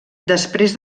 després